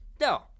No